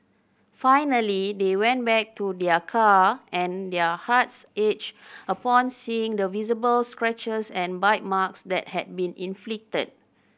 finally they went back to their car and their hearts ached upon seeing the visible scratches and bite marks that had been inflicted